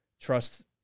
trust